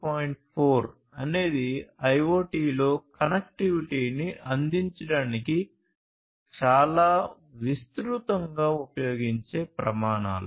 4 అనేది IoT లో కనెక్టివిటీని అందించడానికి చాలా విస్తృతంగా ఉపయోగించే ప్రమాణాలు